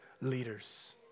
leaders